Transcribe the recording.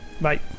Bye